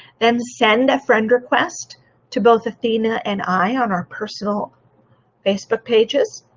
then send a friend request to both athena and i on our personal facebook pages.